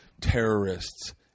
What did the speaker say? terrorists